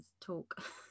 talk